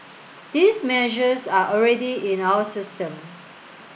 these measures are already in our system